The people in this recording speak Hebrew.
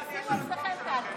איזה בלם אחד יש לכוח שלכם?